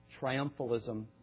triumphalism